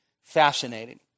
fascinating